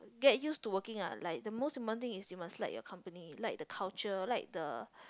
get used to working like the most important thing is you must like your company like the culture like the